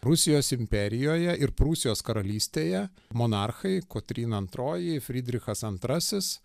rusijos imperijoje ir prūsijos karalystėje monarchai kotryna antroji frydrichas antrasis